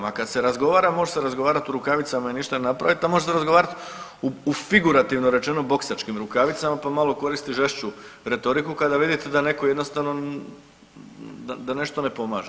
A kad se razgovara može se razgovarati u rukavicama i ništa ne napravit, a može se razgovarati u figurativno rečeno u boksačkim rukavicama pa malo koristiti žešću retoriku kada vidite da netko jednostavno da nešto ne pomaže.